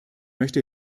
möchte